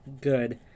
good